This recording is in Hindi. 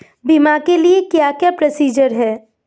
बीमा के लिए क्या क्या प्रोसीजर है?